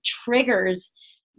triggers